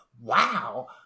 Wow